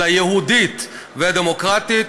אלא יהודית ודמוקרטית,